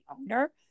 owner